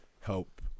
help